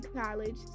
college